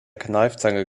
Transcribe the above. kneifzange